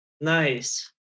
Nice